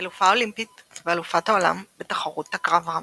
היא אלופה אולימפית ואלופת העולם בתחרות הקרב-רב.